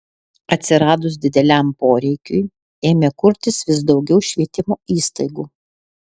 atsiradus dideliam poreikiui ėmė kurtis vis daugiau švietimo įstaigų